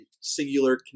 singular